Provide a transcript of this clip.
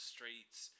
Street's